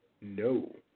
No